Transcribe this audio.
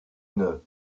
neuf